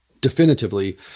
definitively